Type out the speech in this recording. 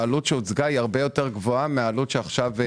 והעלות שהוצגה הרבה יותר גבוהה ממה שעכשיו.